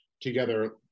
together